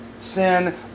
sin